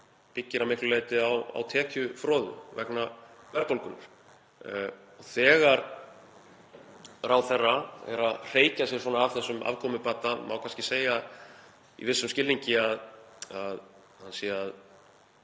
byggir að miklu leyti á tekjufroðu vegna verðbólgunnar. Þegar ráðherra er að hreykja sér af þessum afkomubata má kannski segja í vissum skilningi að hann sé að